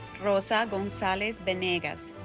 rosa gonzalez venegas